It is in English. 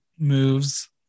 moves